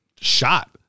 shot